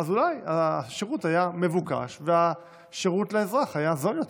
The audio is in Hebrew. אז אולי השירות היה מבוקש והשירות לאזרח היה זול יותר.